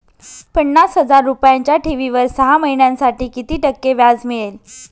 पन्नास हजार रुपयांच्या ठेवीवर सहा महिन्यांसाठी किती टक्के व्याज मिळेल?